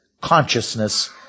consciousness